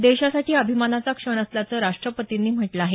देशासाठी हा अभिमानाचा क्षण असल्याचं राष्ट्रपतींनी म्हटलं आहे